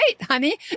honey